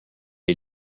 est